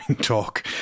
talk